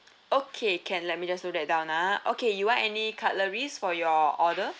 okay can let me just note that down ah okay you want any cutleries for your order